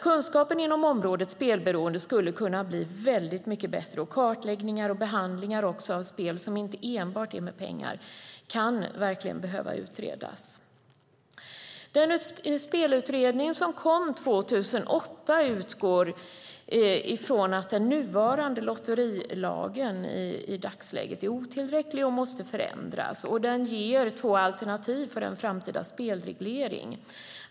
Kunskapen inom området spelberoende skulle kunna bli mycket bättre, och kartläggningar och behandlingar även av spel som inte enbart är med pengar kan verkligen behöva utredas. Spelutredningen, som kom 2008, utgår från att den nuvarande lotterilagen är otillräcklig och måste förändras. Den ger två alternativ för en framtida spelreglering.